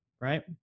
right